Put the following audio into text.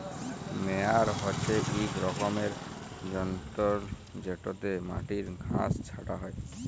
মেয়ার হছে ইক রকমের যল্তর যেটতে মাটির ঘাঁস ছাঁটা হ্যয়